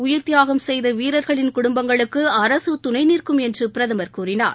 உயிர் தியாகம் செய்த வீரர்களின் குடும்பங்களுக்கு அரசு துணை நிற்கும் என்று பிரதமர் கூறினார்